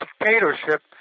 dictatorship